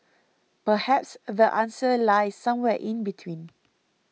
perhaps the answer lies somewhere in between